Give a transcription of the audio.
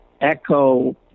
echo